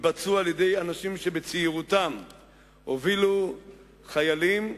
התבצעו על-ידי אנשים שבצעירותם הובילו חיילים,